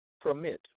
permit